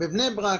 בני ברק,